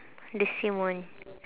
the same one